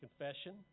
confession